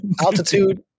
altitude